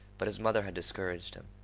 but his mother had discouraged him.